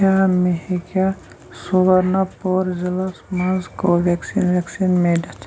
کیٛاہ مےٚ ہیٚکیٛاہ سُورنا پوٗر ضِلعس مَنٛز کو وٮ۪کسیٖن وٮ۪کسیٖن مِلِتھ